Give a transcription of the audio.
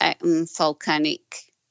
volcanic